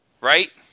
Right